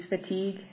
fatigue